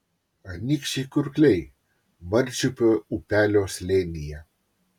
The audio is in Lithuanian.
anykščiai kurkliai marčiupio upelio slėnyje